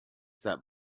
that